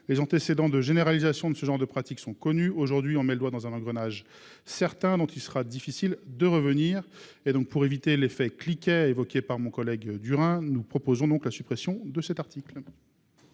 les antécédents de généralisation de ce genre de pratiques sont connus. Aujourd'hui, on met le doigt dans un engrenage sur lequel il sera difficile de revenir. Pour éviter l'effet de cliquet évoqué par mon collègue Durain, nous proposons donc la suppression de cet article.